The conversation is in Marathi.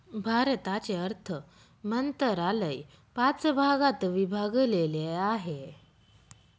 भारताचे अर्थ मंत्रालय पाच भागात विभागलेले आहे